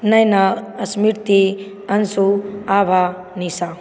Naina Smriti Anshu Abha Nisha